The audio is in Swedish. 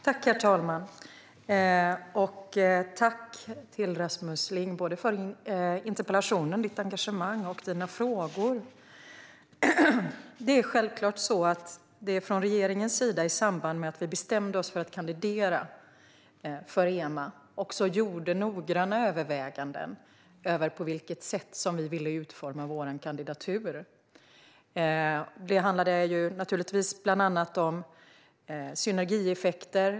Herr talman! Tack, Rasmus Ling, för din interpellation, ditt engagemang och dina frågor! I samband med att vi från regeringens sida bestämde oss för att kandidera för EMA gjorde vi självklart noggranna överväganden i fråga om på vilket sätt vi ville utforma vår kandidatur. Det handlade naturligtvis om synergieffekter.